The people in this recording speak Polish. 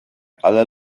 ale